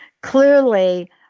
clearly